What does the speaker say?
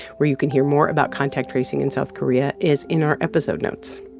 where you can hear more about contact tracing in south korea, is in our episode notes